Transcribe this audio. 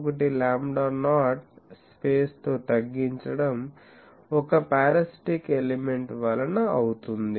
1 lambda naught space తో తగ్గించడం ఒక్క పారాసిటిక్ ఎలిమెంట్ వలన అవుతుంది